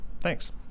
Thanks